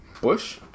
Bush